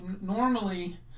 normally